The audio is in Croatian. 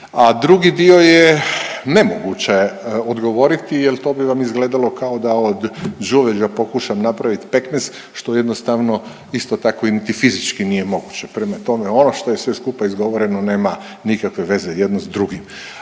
drugi dio je nemoguće odgovoriti jer to bi vam izgledalo kao da o đuveđa pokušam napravit pekmez što jednostavno isto tako i niti fizički nije moguće. Prema tome, ono što je sve skupa izgovoreno nema nikakve veze jedno s drugim